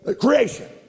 creation